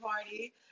party